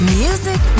music